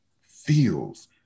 feels